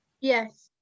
Yes